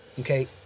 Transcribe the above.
okay